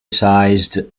sized